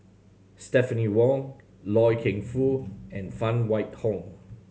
Stephanie Wong Loy Keng Foo and Phan Wait Hong